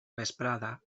vesprada